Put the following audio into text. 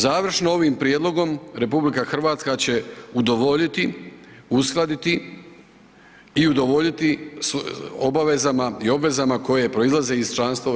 Završno ovim prijedlogom RH će udovoljiti, uskladiti i udovoljiti obavezama i obvezama koje proizlaze iz članstva u EU.